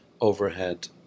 overhead